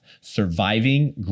surviving